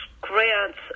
grants